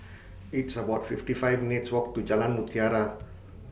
It's about fifty five minutes' Walk to Jalan Mutiara